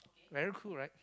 very cool right